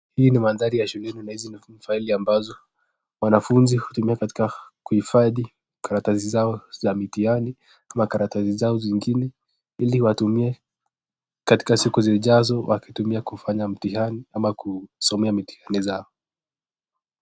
Hii ni mandhari ya shuleni na hizi ni faili ambazo wanafunzi hutumia katika kuhifadhi karatasi zao za mitihani ama karatasi zao zingine ili watumie katika siku zijazo wakitumia kufanya mtihani ama kusomea mitihani zao.